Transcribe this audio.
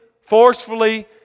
forcefully